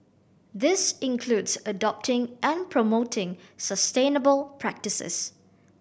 this includes adopting and promoting sustainable practices